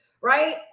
right